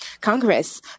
Congress